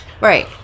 Right